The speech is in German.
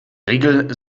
regel